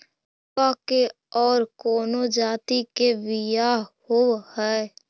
मडूया के और कौनो जाति के बियाह होव हैं?